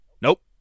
Nope